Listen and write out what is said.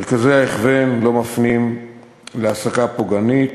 מרכזי ההכוון לא מפנים להעסקה פוגענית,